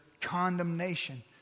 condemnation